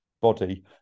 body